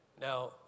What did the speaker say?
Now